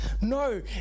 No